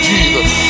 Jesus